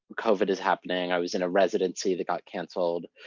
covid is happening. i was in a residency that got canceled.